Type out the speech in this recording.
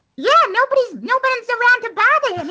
yeah nobody's nobody's around to bother